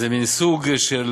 זה מין סוג של